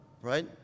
right